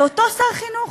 זה אותו שר חינוך.